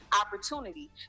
opportunity